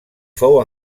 fou